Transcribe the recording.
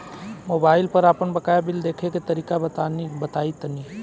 Mobile पर आपन बाकाया बिल देखे के तरीका बताईं तनि?